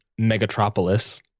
Megatropolis